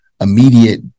immediate